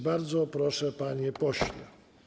Bardzo proszę, panie pośle.